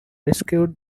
rescued